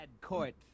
court